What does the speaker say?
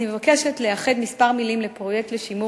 אני מבקשת לייחד כמה מלים לפרויקט לשימור